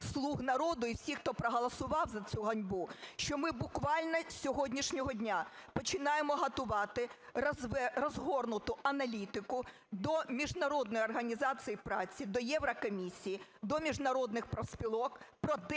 "Слуг народу" і всіх хто проголосував за цю ганьбу, що ми буквально з сьогоднішнього дня починаємо готувати розгорнуту аналітику до Міжнародної організації праці, до Єврокомісії, до міжнародних профспілок про те,